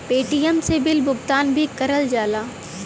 Paytm से बिल भुगतान भी करल जाला